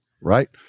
Right